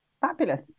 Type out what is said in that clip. fabulous